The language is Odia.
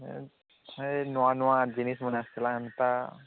ହେ ହେ ନୂଆ ନୂଆ ଜିନିଷ୍ମାନ ଆସିଥିଲା ହେନ୍ତା